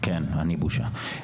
כן אני בושה,